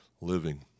living